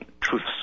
truths